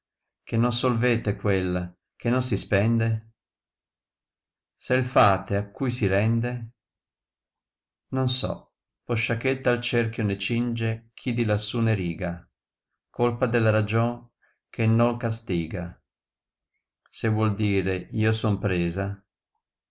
che non solvete quel che qon si spende se fate a cui si rende noi so posciachè tal cerchio ne cinge chi di lassù ne riga colpa della ragion che noi gastiga se vuol dire io son presa